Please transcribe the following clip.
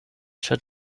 ĉar